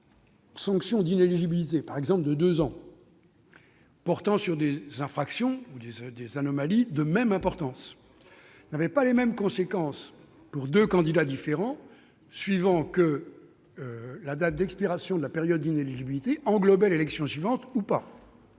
même sanction d'inéligibilité- deux ans par exemple -portant sur des infractions ou des manquements de même importance n'avait pas les mêmes conséquences pour deux candidats différents, suivant que la date d'expiration de la période d'inéligibilité englobait l'élection suivante ou non.